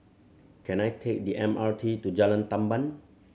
can I take the M R T to Jalan Tamban